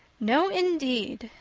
no, indeed,